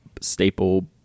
staple